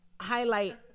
highlight